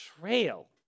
trail